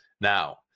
Now